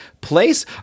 place